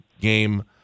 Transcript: game